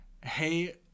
hey